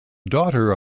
daughter